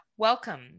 Welcome